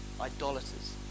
idolaters